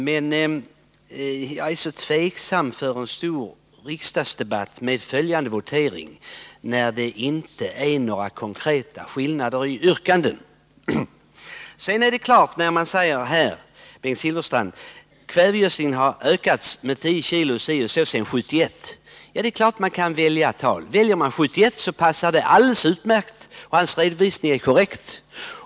Men jag är tveksam till en stor riksdagsdebatt med följande votering när det inte är några skillnader i yrkandena. Bengt Silfverstrand säger att kvävegödslingen har ökat med 10 kg si och så sedan 1971. Man kan ju välja sina siffror. Väljer man 1971 kommer man fram till det. Bengt Silfverstrands redovisning är korrekt.